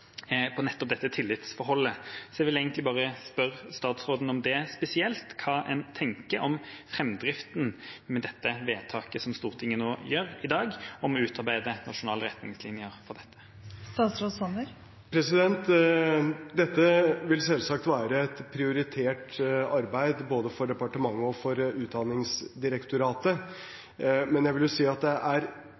nettopp dette tillitsforholdet. Så jeg vil egentlig bare spørre statsråden om det spesielt: Hva tenker man om framdriften omkring dette vedtaket som Stortinget gjør nå i dag, om å utarbeide nasjonale retningslinjer for dette? Dette vil selvsagt være et prioritert arbeid, både for departementet og for Utdanningsdirektoratet. Men jeg vil si at det er